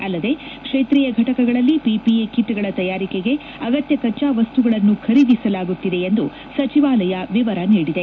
ಅಲ್ಲದೆ ಕ್ಷೇತ್ರೀಯ ಫಟಕಗಳಲ್ಲಿ ಪಿಪಿಇ ಕಿಟ್ಗಳ ತಯಾರಿಕೆಗೆ ಅಗತ್ಯ ಕಚ್ಚಾವಸ್ತುಗಳನ್ನು ಖರೀದಿಸಲಾಗುತ್ತಿದೆ ಎಂದು ಸಚಿವಾಲಯ ವಿವರ ನೀಡಿದೆ